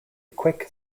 quick